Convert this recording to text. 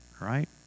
right